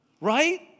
right